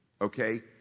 okay